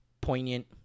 poignant